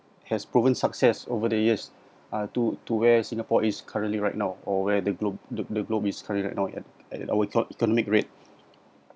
has proven success over the years uh to to where singapore is currently right now or where the globe the the globe is currently right now and and our economic rate